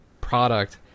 product